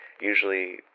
usually